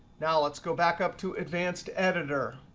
now let's go back up to advanced editor.